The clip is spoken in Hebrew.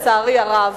לצערי הרב.